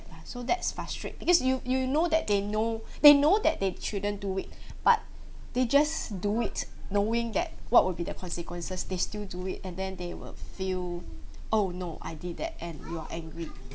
ya so that's frustrate because you you know that they know they know that they shouldn't do it but they just do it knowing that what would be the consequences they still do it and then they will feel oh no I did that and you're angry